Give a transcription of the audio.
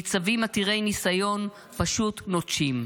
ניצבים עתירי ניסיון פשוט נוטשים,